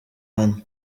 hano